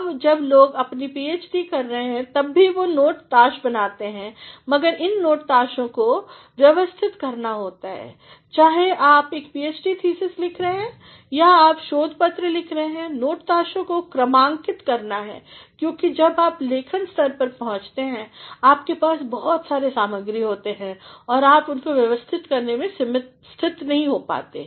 अब जब लोग अपनी पीएचडी कर रहे हैं तब भी वह नोट ताश बनाते हैं मगर इन नोट ताशों को व्यवस्थित करना होता है चाहे आप एक पीएचडी थीसिस लिख रहे हैं या आप एक शोध पत्र लिख रहे हैं नोट ताशों कोक्रमांकितकरना है क्योंकि जब आप लेखन स्तर पर पहुँचते हैं आपके पास बहुत सारे सामग्री हैं और आप उनको व्यवस्थित करने के स्थिति में नहीं हैं